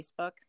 Facebook